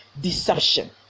deception